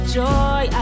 joy